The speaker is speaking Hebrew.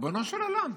ריבונו של עולם,